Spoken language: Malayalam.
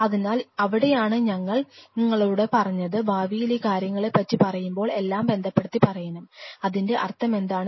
അതിനാൽ അവിടെയാണ് ഞങ്ങൾ Refer time 2041 നിങ്ങളോട് പറഞ്ഞത് ഭാവിയിൽ ഈ കാര്യങ്ങളെ പറ്റി പറയുമ്പോൾ എല്ലാം ബന്ധപ്പെടുത്തി പറയണം അതിന്റെ അർത്ഥമെന്താണ്